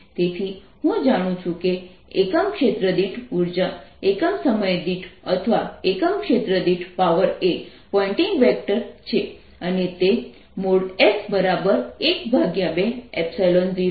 તેથી હું જાણું છું કે એકમ ક્ષેત્ર દીઠ ઉર્જા એકમ સમય દીઠ અથવા એકમ ક્ષેત્ર દીઠ પાવર એ પોઇન્ટિંગ વેક્ટર છે અને તે S120E02 c છે